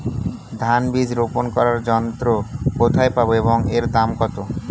ধান বীজ রোপন করার যন্ত্র কোথায় পাব এবং এর দাম কত?